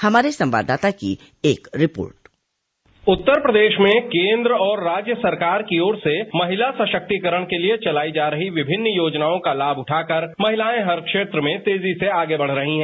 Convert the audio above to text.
हमारे संवाददाता की एक रिपोर्ट उत्तर प्रदेश में केन्द्र और राज्य सरकार की ओर से महिला सशक्तिकरण के लिए चलाई जा रही विभिन्न योजनाओं का लाभ उठाकर महिलाएं हर क्षेत्र में तेजी से आगे बढ़ रही हैं